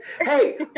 Hey